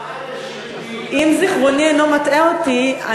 אם זיכרוני אינו מטעה אותי,